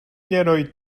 heroi